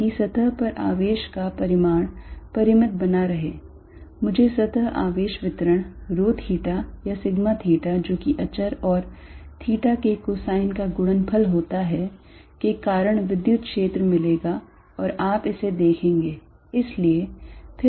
ताकि सतह पर आवेश का परिमाण परिमित बना रहे मुझे सतह आवेश वितरण rho theta या sigma theta जो किसी अचर और theta के cosine का गुणनफल होता है के कारण विद्युत क्षेत्र मिलेगा और आप इसे देखेंगे